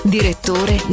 Direttore